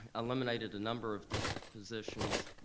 eliminated a number of district positions,